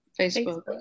Facebook